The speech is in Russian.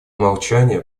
молчания